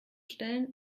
stellen